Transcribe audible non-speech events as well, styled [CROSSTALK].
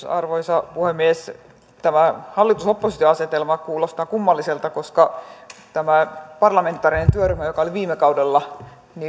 [UNINTELLIGIBLE] arvoisa puhemies tämä hallitus oppositio asetelma kuulostaa kummalliselta koska tämä parlamentaarinen työryhmä joka oli viime kaudella